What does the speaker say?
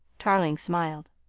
tarling smiled.